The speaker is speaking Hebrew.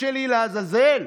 לעזאזל.